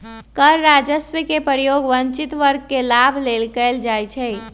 कर राजस्व के प्रयोग वंचित वर्ग के लाभ लेल कएल जाइ छइ